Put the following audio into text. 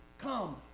come